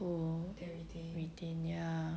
oh~ retain ya